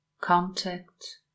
contact